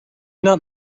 not